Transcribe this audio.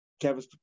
Kevin